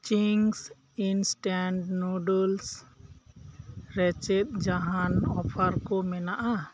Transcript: Ching's instant noodles ᱨᱮ ᱪᱮᱫ ᱡᱟᱸᱦᱟᱱ ᱚᱯᱷᱟᱨ ᱠᱚ ᱢᱮᱱᱟᱜᱼᱟ